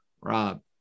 rob